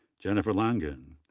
jennifer langen,